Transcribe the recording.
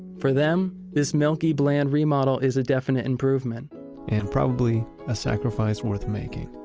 for them, this milky bland remodel is a definite improvement and probably a sacrifice worth making.